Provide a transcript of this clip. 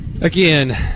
Again